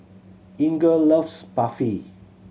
Inger loves Barfi